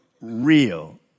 real